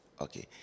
Okay